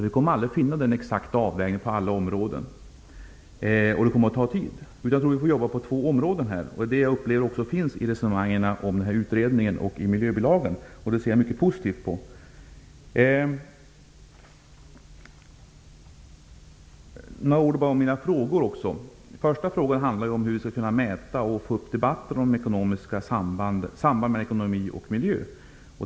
Vi kommer aldrig att finna den exakta avvägningen på alla områden, och det kommer att ta tid. Jag tror att vi måste jobba med två områden här. Jag upplever att detta också finns med i resonemangen om den här utredningen och i miljöbilagan. Jag ser mycket positivt på detta. Låt mig säga några ord om mina frågor. Den första frågan handlar om hur vi skall kunna mäta sambanden mellan ekonomi och miljö och föra debatten om detta.